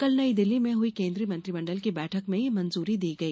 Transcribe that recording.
कल नई दिल्ली में हुई केन्द्रीय मंत्रिमंडल की बैठक में यह मंजूरी दी गई